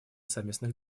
совместных